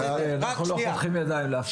אנחנו לא חותמים את הידיים לאף אחד.